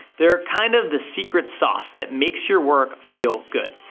they're kind of the secret sauce that makes your work feel good.